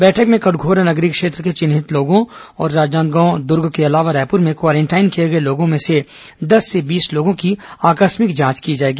बैठक में कटघोरा नगरीय क्षेत्र के चिन्हित लोगों और राजनांदगांव दुर्ग के अलावा रायपुर में क्वारेंटाइन किए गए लोगों में से दस से बीस लोगों की आकस्मिक जांच की जाएगी